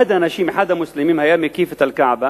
אחד האנשים, אחד המוסלמים היה מקיף את אל-כעבה